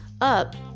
up